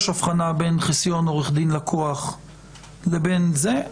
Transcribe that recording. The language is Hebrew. יש הבחנה בין חיסיון עורך דין-לקוח לבין זה,